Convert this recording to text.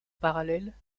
parallèle